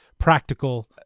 Practical